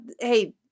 hey